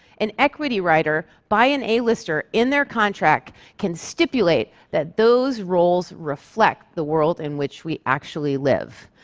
an equity rider by an a-lister in their contract can stipulate that those roles reflect the world in which we actually live.